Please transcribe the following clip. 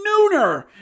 nooner